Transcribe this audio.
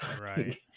right